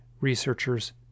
researchers